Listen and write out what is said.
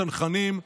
צנחנים,